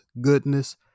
goodness